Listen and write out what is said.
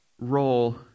role